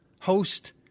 host